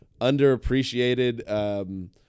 underappreciated